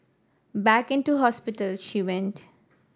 back into hospital she went